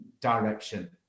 direction